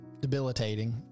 debilitating